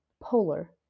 polar